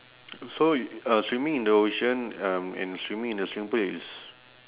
so uh swimming in the ocean um and swimming in the swimming pool is